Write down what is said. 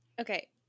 Okay